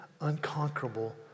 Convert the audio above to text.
unconquerable